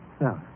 No